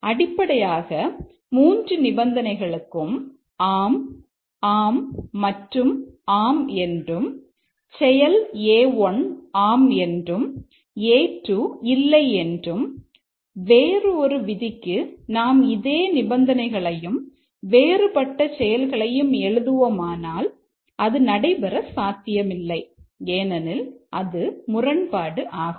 அடிப்படையாக 3 நிபந்தனைகளுக்கும் ஆம் ஆம் மற்றும் ஆம் என்றும் செயல் A1 ஆம் மற்றும் A2 இல்லை என்றும் வேறு ஒரு விதிக்கு நாம் இதே நிபந்தனைகளையும் வேறுபட்ட செயல்களையும் எழுதுவோம் ஆனால் அது நடைபெற சாத்தியமில்லை ஏனெனில் அது முரண்பாடு ஆகும்